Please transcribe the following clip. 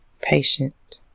patient